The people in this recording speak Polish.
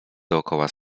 dookoła